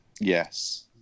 Yes